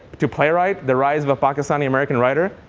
to playwright. the rise of a pakistani-american writer.